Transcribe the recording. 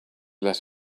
let